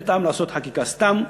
אין טעם לעשות חקיקה סתם,